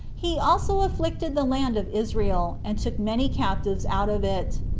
he also afflicted the land of israel, and took many captives out of it.